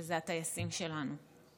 וזה הטייסים שלנו.